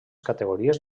categories